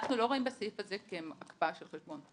אנחנו לא רואים בסעיף הזה כהקפאה של חשבון.